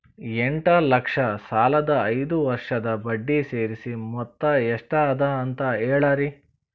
ಎಂಟ ಲಕ್ಷ ಸಾಲದ ಐದು ವರ್ಷದ ಬಡ್ಡಿ ಸೇರಿಸಿ ಮೊತ್ತ ಎಷ್ಟ ಅದ ಅಂತ ಹೇಳರಿ?